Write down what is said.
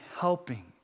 helping